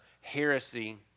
heresy